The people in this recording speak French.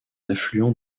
affluent